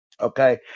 Okay